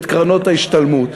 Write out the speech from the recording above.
את קרנות ההשתלמות.